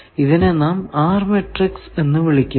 ഇതിനെ നാം R matrix എന്ന് വിളിക്കുന്നു